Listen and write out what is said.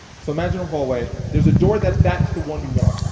so imagine a hallway. there's a door that that's the one you want,